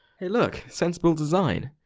hey look! sensible design!